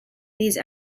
these